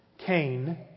Cain